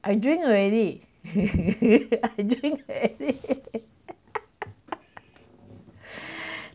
I drink already I drink already